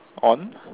on